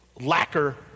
lacquer